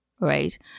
right